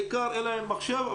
בעיקר אין להם מחשב,